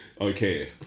Okay